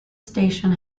station